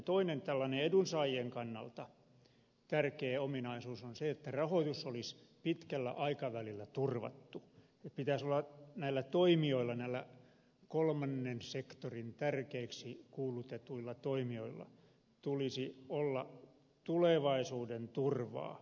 toinen edunsaajien kannalta tärkeä ominaisuus on se että rahoitus olisi pitkällä aikavälillä turvattu ja näillä toimijoilla näillä kolmannen sektorin tärkeiksi kuulutetuilla toimijoilla pitäisi olla tulevaisuudenturvaa